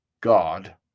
God